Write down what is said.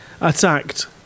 attacked